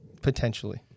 Potentially